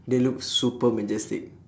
they look super majestic